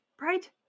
Right